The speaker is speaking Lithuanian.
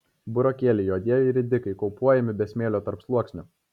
burokėliai juodieji ridikai kaupuojami be smėlio tarpsluoksnių